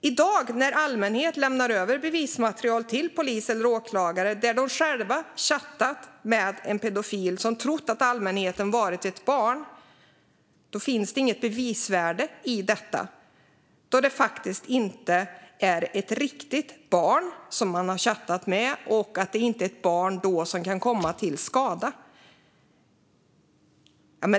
I dag när allmänheten lämnar över bevismaterial till polis eller åklagare, där de själva chattat med en pedofil som trott att allmänheten varit ett barn, finns det inget bevisvärde i detta eftersom det inte varit ett riktigt barn som man har chattat med och att det inte har varit ett barn som har kunnat komma till skada.